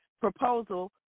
proposal